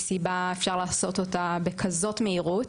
סיבה אפשר לעשות אותה בכזאת מהירות,